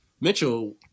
Mitchell